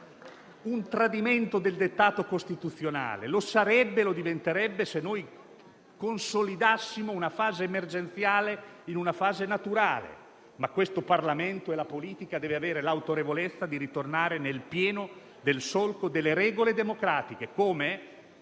un tradimento del dettato costituzionale; lo sarebbe e lo diventerebbe se noi consolidassimo una fase emergenziale in una fase naturale. Ma questo Parlamento e la politica devono avere l'autorevolezza di ritornare pienamente nel solco delle regole democratiche,